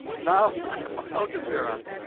now i'm out of iraq